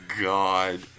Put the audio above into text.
God